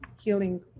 healing